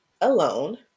alone